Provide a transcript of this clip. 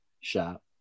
shop